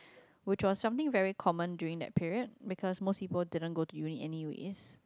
which was something very common during that period because most people didn't go into uni anyways